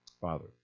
Father